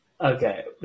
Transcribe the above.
Okay